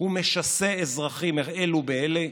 הוא משסה אזרחים אלו באלה,